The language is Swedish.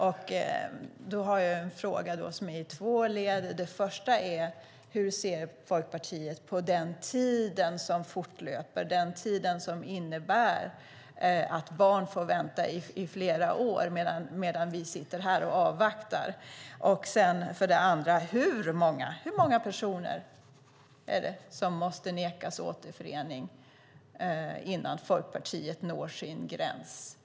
Jag har en fråga som är i två led. Det första är: Hur ser Folkpartiet på den tid som fortlöper och som innebär att barn får vänta i flera år medan vi sitter här och avvaktar? Det andra är: Hur många personer är det som måste nekas återförening innan Folkpartiet når sin gräns?